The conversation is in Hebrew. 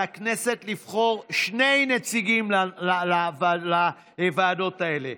על הכנסת לבחור שני נציגים לוועדות האלה.